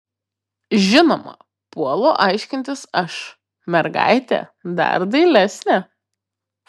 žinoma puolu aiškintis aš mergaitė dar dailesnė